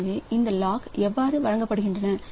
எனவே இந்த லாக் எவ்வாறு வழங்கப்படுகின்றன